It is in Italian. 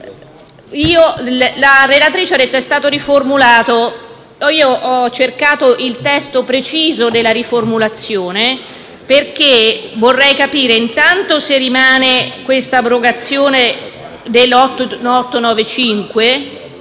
La relatrice ha detto che è stato riformulato: ho cercato il testo preciso della riformulazione, perché vorrei capire intanto se nella riformazione rimane